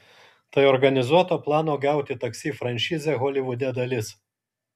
tai organizuoto plano gauti taksi franšizę holivude dalis